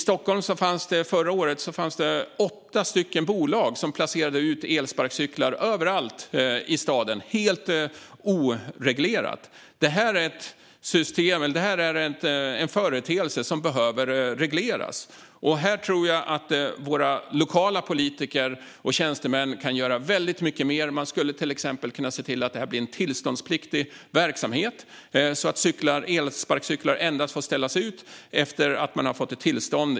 Förra året fanns det i Stockholm åtta bolag som placerade ut elsparkcyklar överallt i staden, helt oreglerat. Detta är en företeelse som behöver regleras, och här tror jag att våra lokala politiker och tjänstemän kan göra väldigt mycket mer. Man skulle till exempel kunna se till att det blir en tillståndspliktig verksamhet så att elsparkcyklar endast får ställas ut efter att kommunen har gett tillstånd.